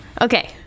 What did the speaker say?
Okay